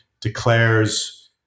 declares